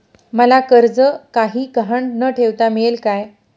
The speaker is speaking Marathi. मला कर्ज काही गहाण न ठेवता मिळेल काय?